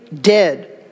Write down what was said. dead